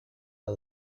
are